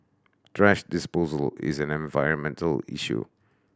thrash disposal is an environmental issue